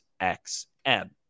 xm